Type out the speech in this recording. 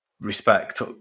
respect